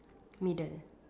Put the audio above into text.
middle